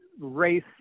race